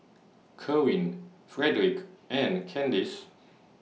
Kerwin Fredrick and Candis